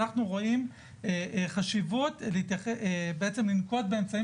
אנחנו רואים חשיבות בלנקוט באמצעים